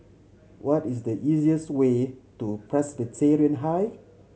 what is the easiest way to Presbyterian High